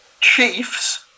Chiefs